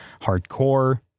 hardcore